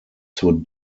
zur